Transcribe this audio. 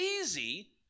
easy